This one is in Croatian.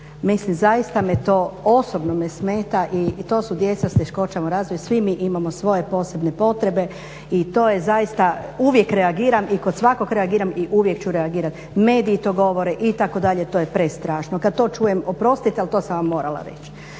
Mislim zaista me to, osobno me smeta i to su djeca s teškoćama u razvoju. Svi mi imamo svoje posebne potrebe i to je zaista uvijek reagiram i kod svakog reagiram i uvijek ću reagirat. Mediji to govore itd., to je prestrašno kad to čujem. Oprostite ali to sam vam morala reći.